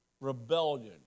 rebellion